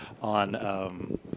on